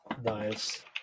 Nice